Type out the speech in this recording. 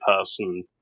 person